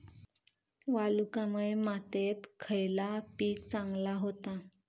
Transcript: वालुकामय मातयेत खयला पीक चांगला होता?